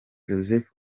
joseph